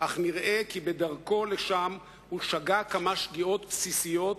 אך נראה שבדרכו לשם הוא שגה כמה שגיאות בסיסיות,